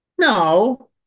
No